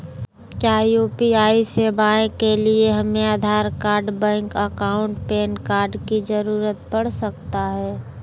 क्या यू.पी.आई सेवाएं के लिए हमें Aadhaar card bank account PAN card की जरूरत पड़ सकता है?